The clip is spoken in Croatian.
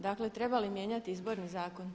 Dakle, treba li mijenjati Izborni zakon?